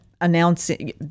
announcing